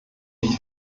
nicht